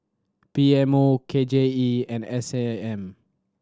P M O K J E and S A M